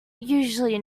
usually